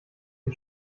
den